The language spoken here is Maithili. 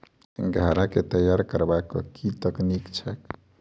सिंघाड़ा केँ तैयार करबाक की तकनीक छैक?